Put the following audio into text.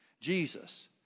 Jesus